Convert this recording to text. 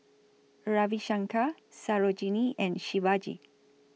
Ravi Shankar Sarojini and Shivaji